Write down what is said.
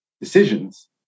decisions